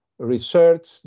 research